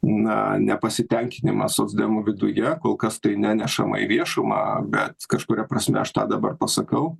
na nepasitenkinimą socdemų viduje kol kas tai nenešama į viešumą bet kažkuria prasme aš tą dabar pasakau